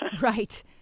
Right